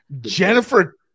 Jennifer